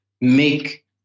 make